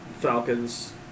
Falcons